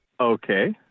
Okay